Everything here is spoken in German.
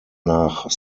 nach